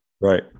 Right